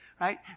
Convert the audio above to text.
right